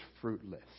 fruitless